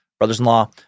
Brothers-in-law